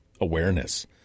awareness